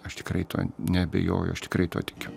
aš tikrai tuo neabejoju aš tikrai tuo tikiu